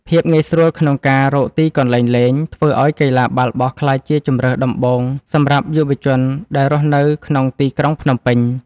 ភាពងាយស្រួលក្នុងការរកទីកន្លែងលេងធ្វើឱ្យកីឡាបាល់បោះក្លាយជាជម្រើសដំបូងសម្រាប់យុវជនដែលរស់នៅក្នុងទីក្រុងភ្នំពេញ។